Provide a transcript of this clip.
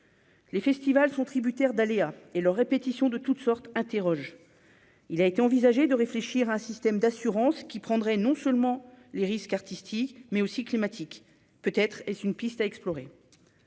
les festivals sont tributaires d'aléas et leurs répétitions de toutes sortes, interroges, il a été envisagé de réfléchir à un système d'assurance qui prendrait non seulement les risques artistiques mais aussi climatique peut être est-ce une piste à explorer